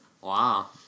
Wow